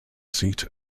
seat